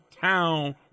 town